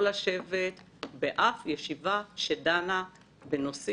לא השתתפתי בישיבות שקשורות לבעל